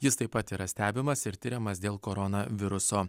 jis taip pat yra stebimas ir tiriamas dėl koronaviruso